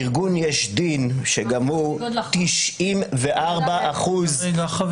ארגון יש דין, שגם הוא 94% -- זה בניגוד לחוק?